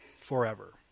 forever